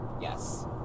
Yes